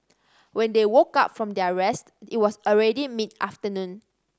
when they woke up from their rest it was already mid afternoon